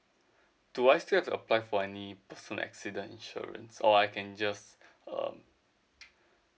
do I still have to apply for any person accident insurance or I can just uh